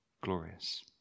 Glorious